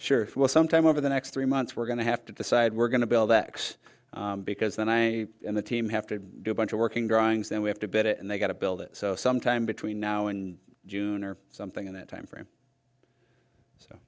sure will sometime over the next three months we're going to have to decide we're going to build x because then i and the team have to do a bunch of working drawings then we have to bid it and they've got to build it sometime between now and june or something in that timeframe so